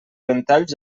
ventalls